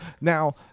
now